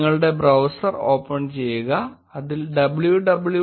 നിങ്ങളുടെ browser open ചെയ്യുക അതിൽ www